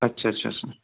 अच्छा अच्छा अच्छा